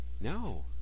No